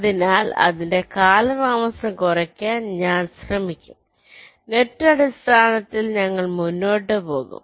അതിനാൽ ഇതിന്റെ കാലതാമസം കുറയ്ക്കാൻ ഞാൻ ശ്രമിക്കും നെറ്റ് അടിസ്ഥാനത്തിൽ ഞങ്ങൾ മുന്നോട്ട് പോകും